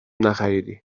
نخریدی